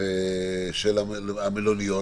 של המלוניות.